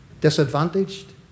disadvantaged